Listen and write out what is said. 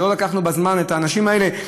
לא לקחנו בזמן את האנשים האלה,